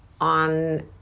on